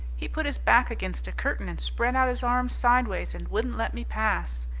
he put his back against a curtain and spread out his arms sideways and wouldn't let me pass.